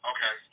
Okay